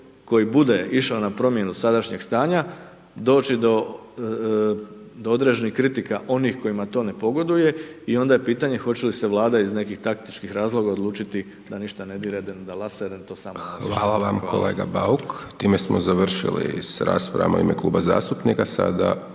Hvala vam kolega Bauk. Time smo završili s raspravama u ime kluba zastupnika. Sada